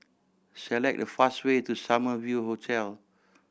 select the fast way to Summer View Hotel